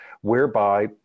whereby